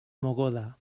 mogoda